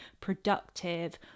productive